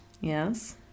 Yes